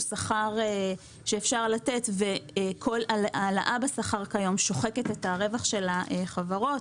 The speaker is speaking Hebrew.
שכר שאפשר לתת וכל העלאה בשכר שוחקת את הרווח של החברות.